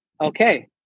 okay